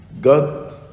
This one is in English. God